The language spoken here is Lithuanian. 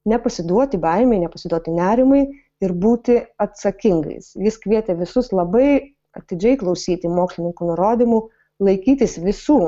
nepasiduoti baimei nepasiduoti nerimui ir būti atsakingais jis kvietė visus labai atidžiai klausyti mokslininkų nurodymų laikytis visų